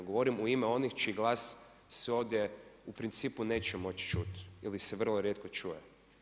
Govorim u ime onih čiji glas se ovdje u principu neće moći čuti ili se vrlo rijetko čuje.